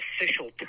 official